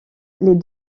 les